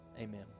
amen